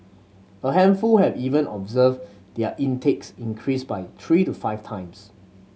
a handful have even observed their intakes increase by three to five times